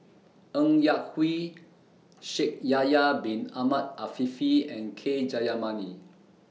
Ng Yak Whee Shaikh Yahya Bin Ahmed Afifi and K Jayamani